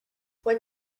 what